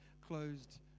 closed